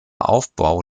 aufbau